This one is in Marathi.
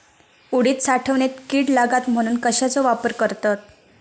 उडीद साठवणीत कीड लागात म्हणून कश्याचो वापर करतत?